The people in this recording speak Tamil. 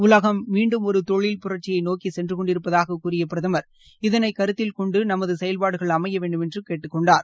உலகம் மீண்டும் ஒரு தொழில் புரட்சியை நோக்கி சென்று கொண்டிருப்பதாகக் கூறிய பிரதமர் இதனை கருத்தில் கொண்டு நமது செயல்பாடுகள் அமைய வேண்டுமென்று கேட்டுக் கொண்டார்